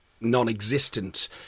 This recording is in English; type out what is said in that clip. non-existent